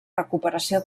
recuperació